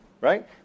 right